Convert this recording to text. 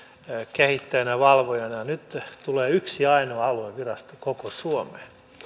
kehittäjänä ja valvojana ja nyt tulee yksi ainoa aluevirasto koko suomeen